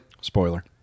spoiler